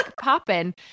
popping